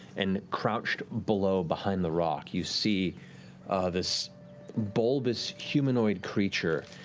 and crouched below, behind the rock, you see this bulbous humanoid creature,